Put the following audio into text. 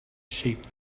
sheep